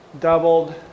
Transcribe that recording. doubled